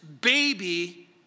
baby